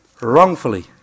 wrongfully